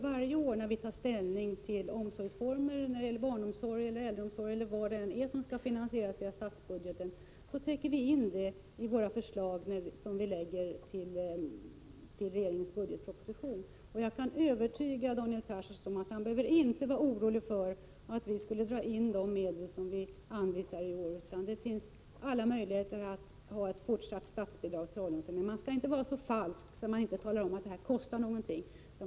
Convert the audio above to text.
Varje gång vi föreslår åtgärder när det gäller barnomsorg, äldreomsorg eller annan vård som skall finansieras genom statsbudgeten, föreslår vi också hur dessa åtgärder skall finansieras. Jag kan övertyga Daniel Tarschys om att han inte behöver vara orolig för att vi inte kommer att anvisa de medel som behövs för de åtgärder vi föreslår. Det finns alla möjligheter att ge fortsatt statsbidrag till ålderdomshemmen. Man skall inte vara så falsk att man inte talar om att detta kostar någonting.